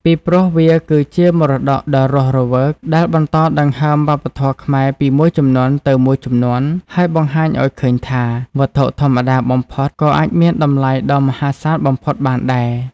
ពីព្រោះ វាគឺជាមរតកដ៏រស់រវើក ដែលបន្តដង្ហើមវប្បធម៌ខ្មែរពីមួយជំនាន់ទៅមួយជំនាន់ ហើយបង្ហាញឲ្យឃើញថា វត្ថុធម្មតាបំផុតក៏អាចមានតម្លៃដ៏មហាសាលបំផុតបានដែរ។